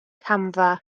camfa